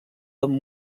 amb